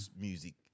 music